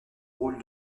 rôle